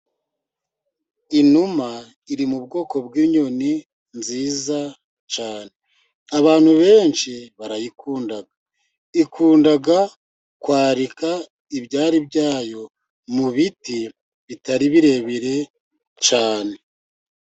Inuma iri mu bwoko bw’inyoni nziza cyane, abantu benshi barayikunda. Ikunda kwarika ibyari byayo mu biti bitari birebire cyane.